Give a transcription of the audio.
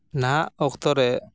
ᱱᱟᱦᱟᱜ ᱚᱠᱛᱚ ᱨᱮ